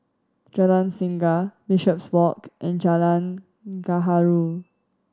Jalan Singa Bishopswalk and Jalan Gaharu